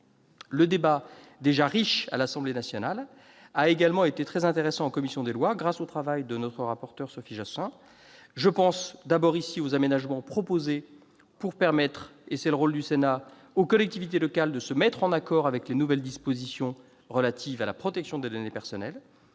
Le débat, déjà riche à l'Assemblée nationale, a également été très intéressant, ici, en commission des lois, grâce au travail de notre rapporteur Sophie Joissains. Je pense d'abord aux aménagements proposés pour permettre aux collectivités locales- c'est le rôle du Sénat -de se mettre en accord avec les nouvelles dispositions relatives à la protection des données personnelles.